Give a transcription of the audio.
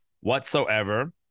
whatsoever